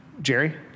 Jerry